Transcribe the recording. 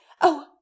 Oh